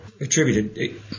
attributed